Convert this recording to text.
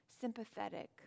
sympathetic